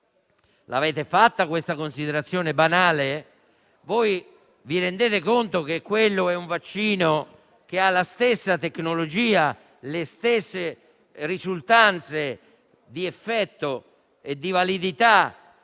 avete fatto questa considerazione banale? Vi rendete conto che quello è un vaccino che ha la stessa tecnologia e le stesse risultanze di effetto e di validità